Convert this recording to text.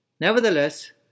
Nevertheless